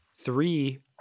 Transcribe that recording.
Three